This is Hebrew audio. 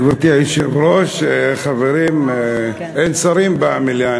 גברתי היושבת-ראש, חברים, אין שרים במליאה.